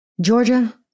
Georgia